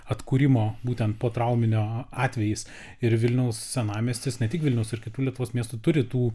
atkūrimo būtent potrauminio atvejis ir vilniaus senamiestis ne tik vilniaus ir kitų lietuvos miestų turi tų